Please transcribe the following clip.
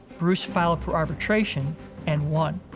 bruce filed for arbitration and won.